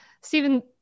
Stephen